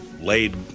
laid